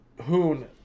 hoon